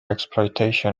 exploitation